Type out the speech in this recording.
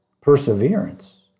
perseverance